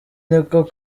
niko